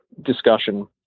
discussion